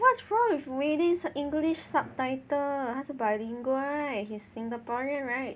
what's wrong with Wally's english subtitle 他是 bilingual right he's singaporean right